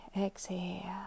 exhale